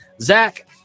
Zach